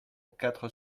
quatre